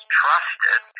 trusted